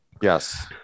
Yes